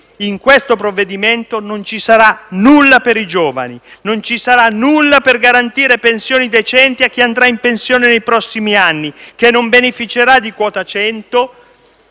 in questo provvedimento non ci sarà nulla per i giovani, non ci sarà nulla per garantire pensioni decenti a chi andrà in pensione nei prossimi anni, che non beneficerà di quota 100